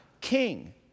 King